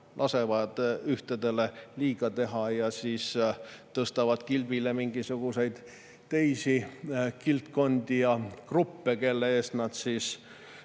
lasevad ühtedele liiga teha ja siis tõstavad kilbile mingisuguseid teisi kildkondi ja gruppe, kelle eest nad veri